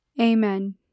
amen